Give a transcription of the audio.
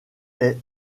est